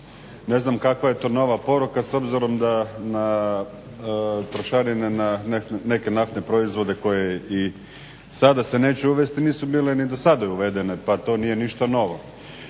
Ne znam kakva je to nova poruka s obzirom da na trošarine na neke naftne proizvode koje i sada se neće uvesti nisu bile ni do sada uvedeno pa to nije ništa novo.